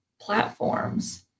platforms